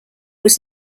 was